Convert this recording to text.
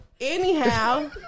Anyhow